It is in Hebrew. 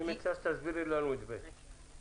אני מציע שתסבירי לנו את (ב).